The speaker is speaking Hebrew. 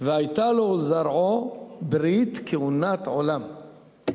והיתה לו ולזרעו אחריו ברית כהֻנת עולם".